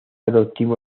adoptivo